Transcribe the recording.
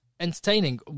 entertaining